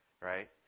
Right